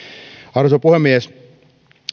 arvoisa puhemies